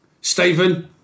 Stephen